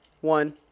one